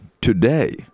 today